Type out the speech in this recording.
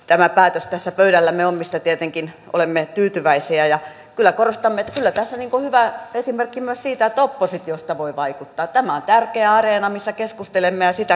tämä päätös tässä pöydällämme on mistä tietenkin olemme tyytyväisiä ja kyllä korostamme työtä sen kun mä esimerkkimme siitä että oppositiosta voi vaikuttaa tämä on tärkeä areena missä keskustelemme sitä